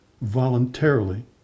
voluntarily